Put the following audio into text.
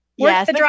Yes